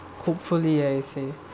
hopefully I see